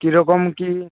কীরকম কী